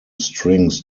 strings